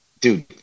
dude